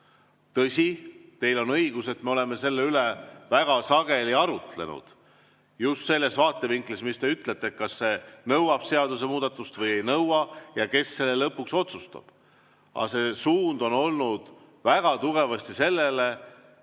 Tõsi, teil on õigus, et me oleme selle üle väga sageli arutlenud just sellest vaatevinklist, nagu te ütlesite, et kas see nõuab seadusemuudatust või ei nõua ja kes selle lõpuks otsustab. Aga suund on olnud väga tugevasti sellele,